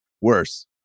Worse